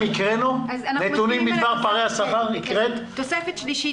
2022. תוספת שלישית,